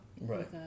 Right